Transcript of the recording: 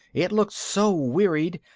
it looked so wearied,